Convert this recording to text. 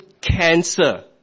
cancer